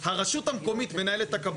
זה העניין שיהיה יעד נפרד למשקי בית ויעד